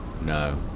No